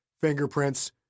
fingerprints